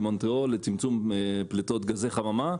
מונטריאול לצמצום פליטות גזי חממה,